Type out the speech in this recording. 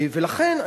לכן,